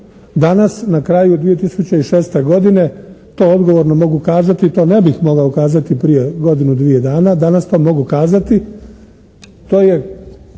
Danas na kraju 2006. godine, to odgovorno mogu kazati i to ne bih mogao kazati prije godinu, dvije dana, danas to mogu kazati,